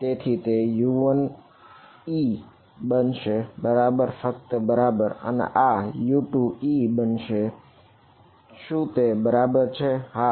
તેથી તે U1e બનશે બરાબર ફક્ત બરાબર અને આ U2e બનશે શું તે બરાબર છે હા